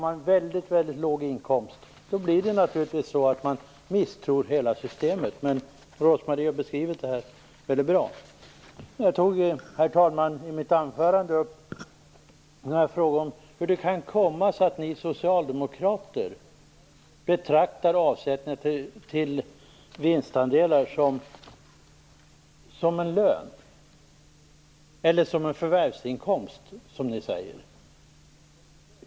Har man väldigt låg inkomst misstror man naturligtvis hela systemet. Men Rose-Marie Frebran har beskrivit det väldigt bra. Herr talman! Jag tog i mitt anförande upp några frågor om hur det kan komma sig att ni socialdemokrater betraktar avsättning till vinstandelar som en förvärvsinkomst, som ni säger.